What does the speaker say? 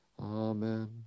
Amen